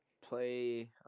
Play